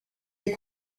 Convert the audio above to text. est